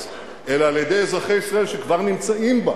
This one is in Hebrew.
אלא על-ידי אזרחי ישראל שכבר נמצאים בה,